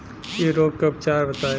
इ रोग के उपचार बताई?